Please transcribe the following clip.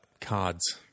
cards